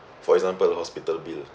for example hospital bill